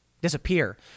disappear